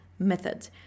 Method